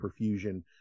perfusion